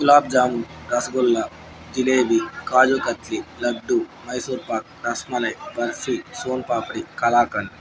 gulab jamun rasgulla jalebi kaju katli laddu Mysore pak rasmalai barfi soan papdi kalakand